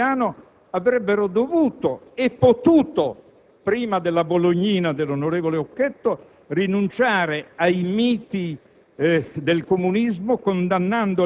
comunisti del Partito comunista italiano avrebbero dovuto e potuto, prima della Bolognina dell'onorevole Occhetto, rinunciare ai miti